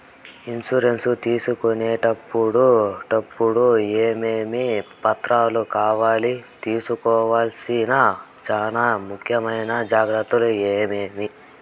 Insurance తీసుకునేటప్పుడు టప్పుడు ఏమేమి పత్రాలు కావాలి? తీసుకోవాల్సిన చానా ముఖ్యమైన జాగ్రత్తలు ఏమేమి?